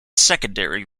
secondary